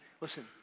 Listen